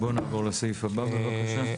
בוא נעבור לסעיף הבא, בבקשה.